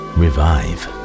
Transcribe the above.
revive